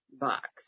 box